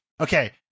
Okay